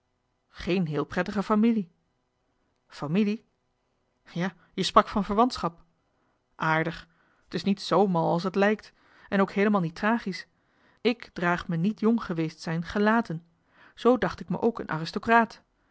geen heel prettige familie familie ja je sprak van verwantschap aardig t is niet z mal als het lijkt en ook heelemaal niet tragisch ik draag me niet jong geweest zijn gelaten zoo dacht ik me ook een arstocraat